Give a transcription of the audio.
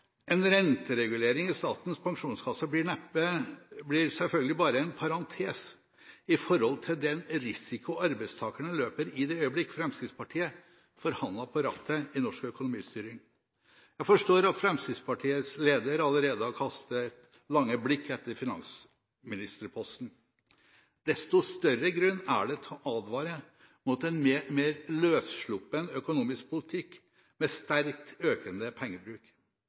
selvfølgelig bare en parentes i forhold til den risiko arbeidstakerne løper i det øyeblikk Fremskrittspartiet får handa på rattet i norsk økonomistyring. Jeg forstår at Fremskrittspartiets leder allerede har kastet lange blikk etter finansministerposten. Desto større grunn er det til å advare mot en mer løssluppen økonomisk politikk med sterkt økende pengebruk.